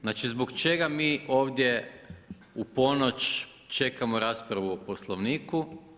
Znači zbog čega mi ovdje u ponoć čekamo raspravu o Poslovniku?